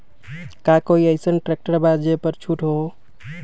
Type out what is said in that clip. का कोइ अईसन ट्रैक्टर बा जे पर छूट हो?